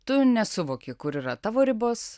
tu nesuvoki kur yra tavo ribos